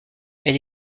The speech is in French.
elle